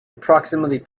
approximately